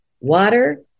water